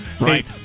right